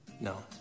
No